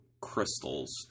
crystals